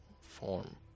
form